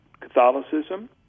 Catholicism